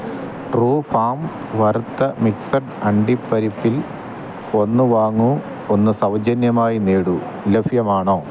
true farm വറുത്ത mixed അണ്ടിപ്പരിപ്പിൽ ഒന്നു വാങ്ങൂ ഒന്നു സൗജന്യമായി നേടൂ ലഭ്യമാണോ